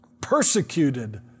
Persecuted